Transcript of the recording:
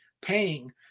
paying